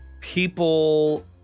people